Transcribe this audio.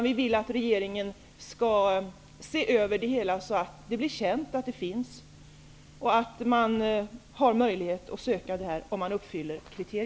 Vi vill att regeringen skall se över det hela och göra frågan känd. Om en jordbrukare uppfyller kriterierna skall denne ha möjlighet att söka detta stöd.